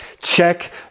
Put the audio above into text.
Check